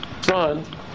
son